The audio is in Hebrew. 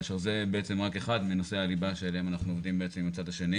כאשר זה בעצם רק אחד מנושאי הליבה שעליהם אנחנו עובדים עם הצד השני.